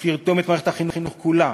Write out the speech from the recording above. יש לרתום את מערכת החינוך כולה,